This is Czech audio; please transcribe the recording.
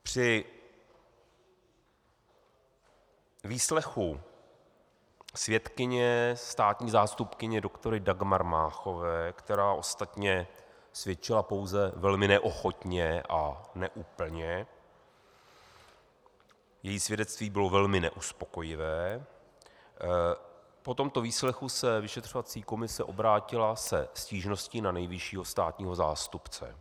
Při výslechu svědkyně státní zástupkyně doktorky Dagmar Máchové, která ostatně svědčila pouze velmi neochotně a neúplně, její svědectví bylo velmi neuspokojivé, po tomto výslechu se vyšetřovací komice obrátila se stížností na nejvyššího státního zástupce.